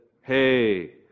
hey